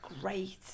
great